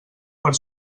per